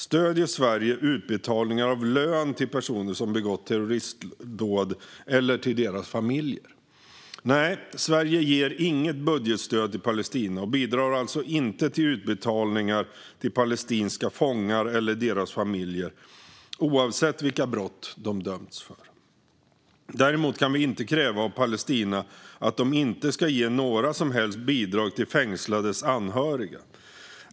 Stöder Sverige utbetalningar av lön till personer som begått terroristdåd eller till deras familjer? Nej. Sverige ger inget budgetstöd till Palestina och bidrar alltså inte till utbetalningar till palestinska fångar eller deras familjer, oavsett vilka brott de dömts för. Däremot kan vi inte kräva av Palestina att man inte ska ge några som helst bidrag till fängslades anhöriga.